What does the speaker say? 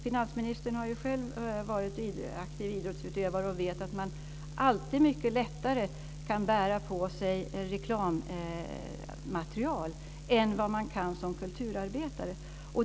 Finansministern har ju själv varit en aktiv idrottsutövare och vet att man som idrottsutövare alltid mycket lättare kan bära på sig reklammaterial än vad man kan som kulturarbetare.